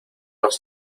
has